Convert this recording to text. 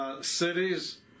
cities